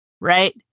right